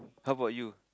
how about you